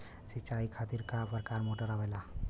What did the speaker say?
सिचाई खातीर क प्रकार मोटर आवेला?